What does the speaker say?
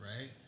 right